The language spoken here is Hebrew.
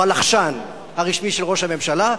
הוא הלחשן הרשמי של ראש הממשלה,